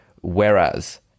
Whereas